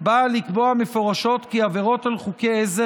באה לקבוע מפורשות כי עבירות על חוקי עזר